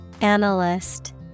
Analyst